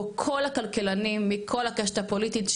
בו כל הכלכלנים מכל הקשת הפוליטית,